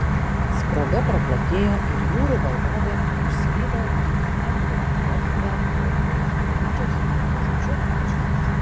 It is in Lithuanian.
spraga praplatėjo ir jūrų valdovė išslydo į atvirą erdvią lagūną dydžio sulig mažučiu ežeru